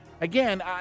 again